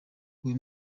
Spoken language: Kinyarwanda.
uyu